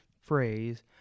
phrase